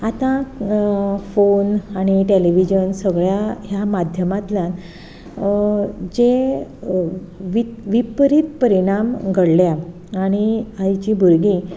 आतां फोन आनी टॅलिव्हीजन सगळ्या ह्या माध्यमांतल्यान जे वी विपरीत परिणाम घडल्या आनी आयचीं भुरगीं